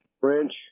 French